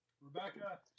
Rebecca